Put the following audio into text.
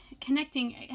connecting